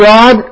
God